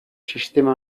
sistema